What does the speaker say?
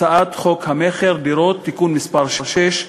הצעת חוק המכר (דירות) (תיקון מס' 6),